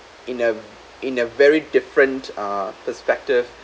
in a in a very different uh perspective